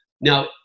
Now